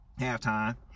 halftime